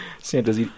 Santa's